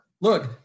Look